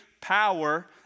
power